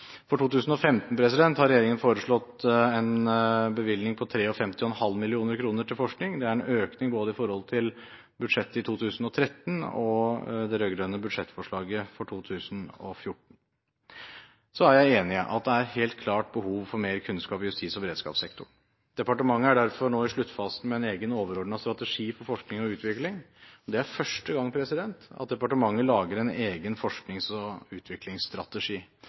For 2015 har regjeringen foreslått en bevilgning på 53,5 mill. kr til forskning. Det er en økning både i forhold til budsjettet i 2013 og det rød-grønne budsjettforslaget for 2014. Jeg er enig i at det helt klart er behov for mer kunnskap i justis- og beredskapssektoren. Departementet er derfor nå i sluttfasen med en egen overordnet strategi for forskning og utvikling. Det er første gang departementet lager en egen forsknings- og utviklingsstrategi.